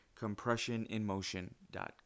compressioninmotion.com